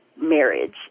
marriage